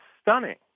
stunning